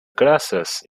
glasses